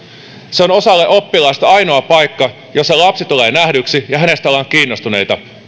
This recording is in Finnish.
se on osalle oppilaista ainoa paikka jossa lapsi tulee nähdyksi ja hänestä ollaan kiinnostuneita